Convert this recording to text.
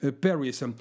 Paris